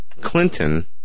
Clinton